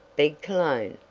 begged cologne.